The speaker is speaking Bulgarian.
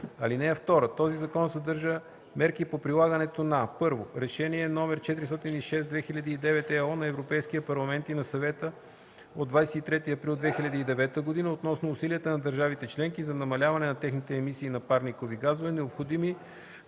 г.) (2) Този закон съдържа мерки по прилагането на: 1. Решение № 406/2009/ЕО на Европейския парламент и на Съвета от 23 април 2009 г. относно усилията на държавите членки за намаляване на техните емисии на парникови газове, необходими